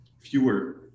fewer